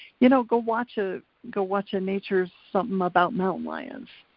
you know, go watch ah go watch a nature, something about mountain lions,